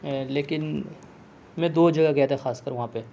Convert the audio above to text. لیکن میں دو جگہ گیا تھا خاص کر وہاں پہ